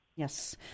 Yes